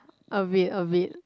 a bit a bit